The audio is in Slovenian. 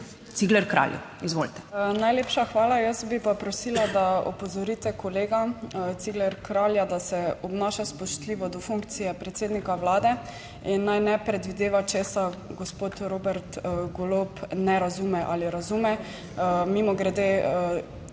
(PS Svoboda):** Najlepša hvala. Jaz bi pa prosila, da opozorite kolega Cigler Kralja, da se obnaša spoštljivo do funkcije predsednika Vlade in naj ne predvideva česa gospod Robert Golob ne razume ali razume. Mimogrede,